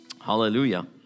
Hallelujah